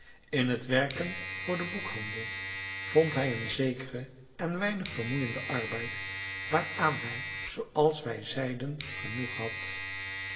in het werken voor den boekhandel vond hij een zekeren en weinig vermoeienden arbeid waaraan hij zooals wij zeiden genoeg had